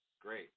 Great